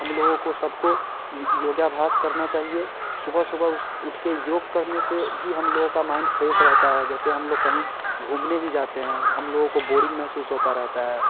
हम लोगों को सबको योग अभ्यास करना चाहिए सुबह सुबह उठ के योग करने से भी हम लोगों का माइंड फ्रेश रहता है जैसे हम लोग कहीं घूमने ही जाते हैं हम लोग को बोरिंग महसूस होता रहता है